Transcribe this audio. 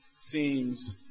seems